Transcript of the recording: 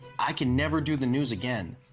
i can never do the news again.